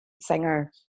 singer